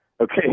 Okay